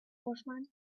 horsemen